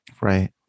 Right